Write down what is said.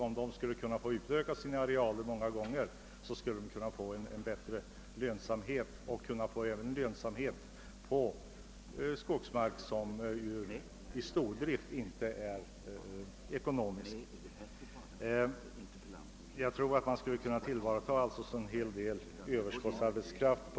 Om dessa finge sina arealer utökade, skulle de kunna få en bättre lönsamhet; de skulle till och med kunna få lönsamhet på skogsmark som i stordrift inte är ekonomiskt lönande. Jag tror alltså att man på denna väg skulle kunna tillvarata en hel del överskottsarbetskraft.